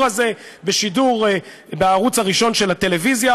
הזה בשידור בערוץ הראשון של הטלוויזיה.